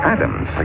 Adams